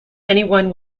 anyone